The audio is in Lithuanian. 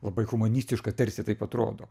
labai humanistiška tarsi taip atrodo